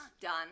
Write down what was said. Done